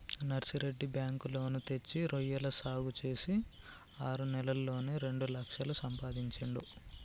Narsireddy bank loan తెచ్చి రొయ్యల సాగు చేసి ఆరు నెలల్లోనే రెండు లక్షలు సంపాదించిండు